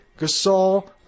Gasol